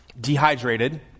dehydrated